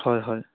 হয় হয়